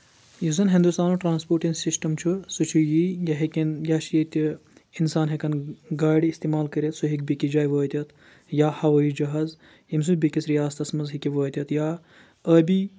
یُس زَن ہِندُستانُک ٹرانسپوٹِنگ سِسٹَم چھُ سُہ چھُ یی یہِ ہیٚکَن یا چھِ ییٚتہِ اِنسان ہؠکَن گاڑِ استعمال کٔرِتھ سُہ ہیٚکہِ بیٚکِس جایہِ وٲتِتھ یا ہوٲیہِ جہاز ییٚمہِ سۭتۍ بیٚکِس رِیاستس منٛز ہیٚکہِ وٲتِتھ یا ٲبی